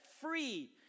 free